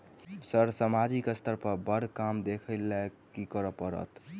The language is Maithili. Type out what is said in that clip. सर सामाजिक स्तर पर बर काम देख लैलकी करऽ परतै?